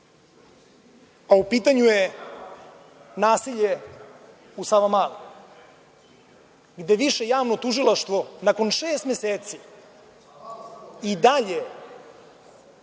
a u pitanju je nasilje u Savamali, gde Više javno tužilaštvo nakon šest meseci i dalje,